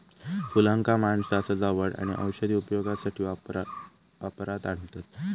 फुलांका माणसा सजावट आणि औषधी उपयोगासाठी वापरात आणतत